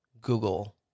Google